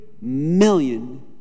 million